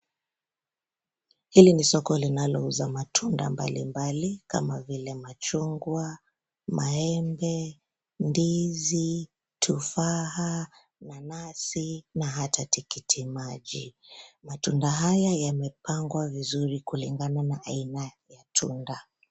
Hili ni soko linalouza bidhaa mbalimbali kama vile machungwa, maembe, ndizi, tufaha, nanasi na hata tikitimaji. Matunda haya yamepangwa vizuri kulingana na aina ya tunda.